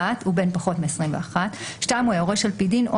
(1) הוא בן פחות מעשרים ואחת (2) הוא היורש על פי דין או